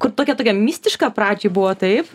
kur tokia tokia mistiška pradžiai buvo taip